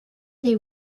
they